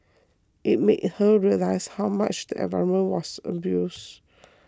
it made her realise how much the environment was abused